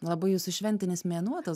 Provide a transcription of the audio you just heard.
labai jūsų šventinis mėnuo tas